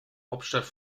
hauptstadt